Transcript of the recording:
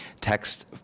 text